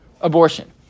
abortion